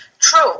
true